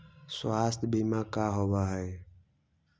स्वास्थ्य बीमा का होव हइ?